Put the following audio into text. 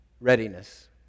Readiness